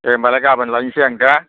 दे होनब्लालाय गाबोन लायसै आं दे